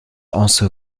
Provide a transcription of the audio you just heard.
also